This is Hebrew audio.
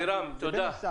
אבירם, תודה.